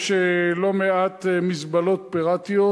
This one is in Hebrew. יש לא מעט מזבלות פיראטיות.